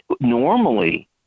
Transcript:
normally